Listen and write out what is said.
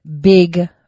big